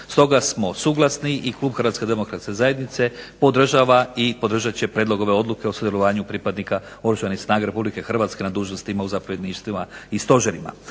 Stoga smo suglasni i klub HDZ-a podržava i podržat će prijedlog ove Odluke o sudjelovanju pripadnika Oružanih snaga RH na dužnostima u zapovjedništvima i stožerima.